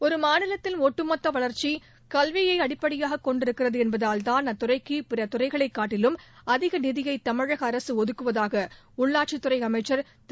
ஒரு மாநிலத்தின் ஒட்டுமொத்த வளர்ச்சி கல்வியை அடிப்படையாக கொண்டிருக்கிறது என்பதால்தான் அத்துறைக்கு பிற துறைகளைக் காட்டிலும் அதிக நிதியை தமிழக அரசு ஒதுக்குவதாக உள்ளாட்சித்துறை அமைச்சர் திரு